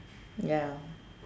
ya